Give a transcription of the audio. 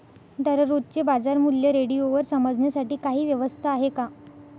दररोजचे बाजारमूल्य रेडिओवर समजण्यासाठी काही व्यवस्था आहे का?